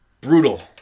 brutal